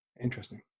Interesting